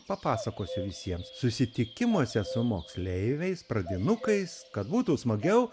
papasakosiu visiems susitikimuose su moksleiviais pradinukais kad būtų smagiau